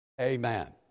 Amen